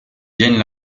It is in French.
viennent